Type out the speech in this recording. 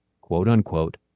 quote-unquote